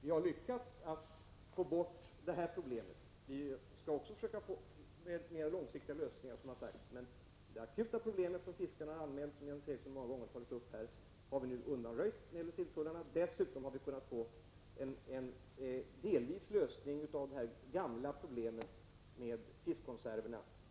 Vi har lyckats klara det här problemet, men vi skall också arbeta på de mera långsiktiga lösningarna. Men fiskarnas akuta problem beträffande silltullarna, som Jens Eriksson så många gånger har tagit upp, har vi nu undanröjt. Dessutom har vi delvis kunnat lösa det gamla problemet med fiskkonserverna.